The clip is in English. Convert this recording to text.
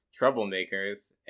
troublemakers